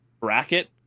bracket